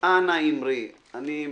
אנא אמרי: